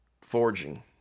forging